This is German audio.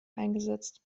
eingesetzt